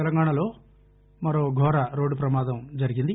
తెలంగాణలో మరో ఘోర రోడ్డు ప్రమాదం జరిగింది